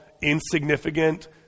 insignificant